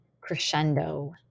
crescendo